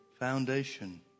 Foundation